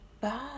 Bye